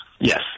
Yes